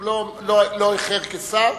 הוא לא איחר כשר,